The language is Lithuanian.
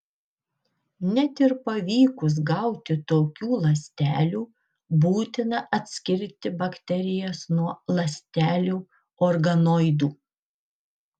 net ir pavykus gauti tokių ląstelių būtina atskirti bakterijas nuo ląstelių organoidų